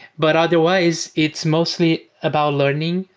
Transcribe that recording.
but otherwise it's mostly about learning,